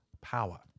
power